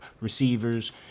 receivers